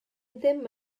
ddim